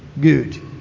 good